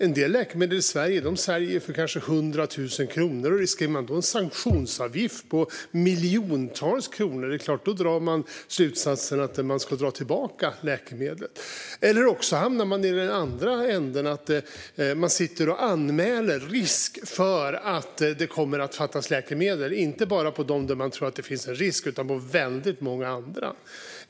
En del läkemedel i Sverige säljer för kanske 100 000 kronor, och riskerar företaget då en sanktionsavgift på miljontals kronor drar man såklart slutsatsen att man bör dra tillbaka läkemedlet - eller också hamnar man i den andra änden, det vill säga sitter och anmäler risk för att läkemedel kommer att fattas inte bara för de läkemedel där man tror att det finns en risk utan även för väldigt många andra.